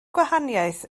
gwahaniaeth